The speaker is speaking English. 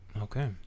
Okay